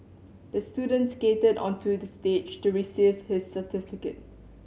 the student skated onto the stage to receive his certificate